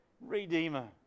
redeemer